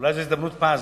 אולי זו הזדמנות פז,